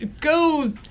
Go